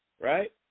right